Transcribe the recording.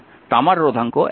তামার রোধাঙ্ক 172 10 8